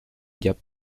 gap